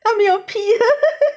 他没有皮的